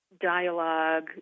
dialogue